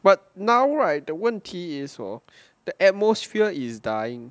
but now right the 问题 is hor the atmosphere is dying